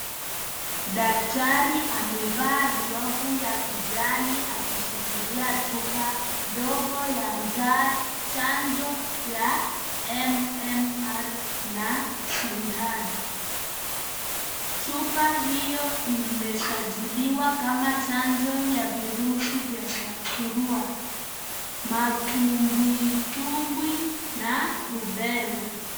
Daktari amevaa glavu ya kijani akishikilia chupa ndogo ya chanjo ya MMR na sindano. Chupa hiyo imesajiliwa kama chanjo ya virusi vya surua, matumbwitumbwi na rubela.